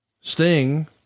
sting